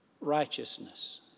righteousness